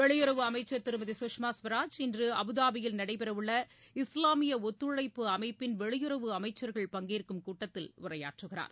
வெளியுறவு அமைச்சர் திருமதி கஷ்மா ஸ்வராஜ் இன்று அபுதாபியில் நடைபெறவுள்ள இஸ்லாமிய ஒத்துழைப்பு அமைப்பின் வெளியுறவு அமைச்சர்கள் பங்கேற்கும் கூட்டத்தில் உரையாற்றுகிறார்